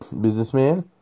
businessman